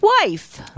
wife